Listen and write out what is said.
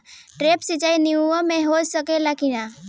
Drip सिंचाई नेनुआ में हो सकेला की नाही?